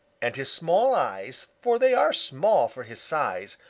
and his small eyes, for they are small for his size,